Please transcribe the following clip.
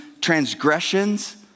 transgressions